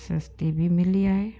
सस्ती बि मिली आहे